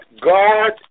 God